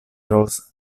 rose